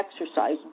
exercise